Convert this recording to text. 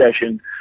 session